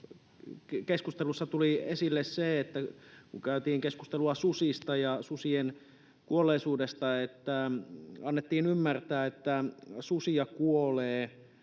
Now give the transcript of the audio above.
keskustelussa tuli esille se, kun käytiin keskustelua susista ja susien kuolleisuudesta, että annettiin ymmärtää, että susia kuolee